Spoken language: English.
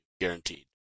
guaranteed